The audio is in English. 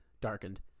darkened